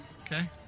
Okay